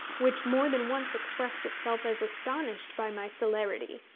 which more than once expressed itself as astonished by my celerity,